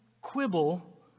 quibble